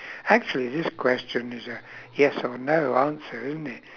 actually this question is a yes or no answer isn't it